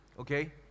okay